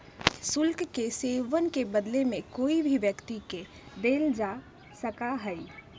शुल्क के सेववन के बदले में कोई भी व्यक्ति के देल जा सका हई